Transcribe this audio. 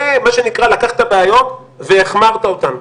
זה מה שנקרא לקחת בעיות והחמרת אותן.